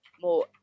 more